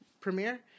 premiere